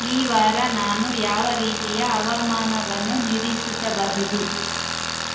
ಈ ವಾರ ನಾನು ಯಾವ ರೀತಿಯ ಹವಾಮಾನವನ್ನು ನಿರೀಕ್ಷಿಸಬಹುದು